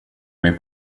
mig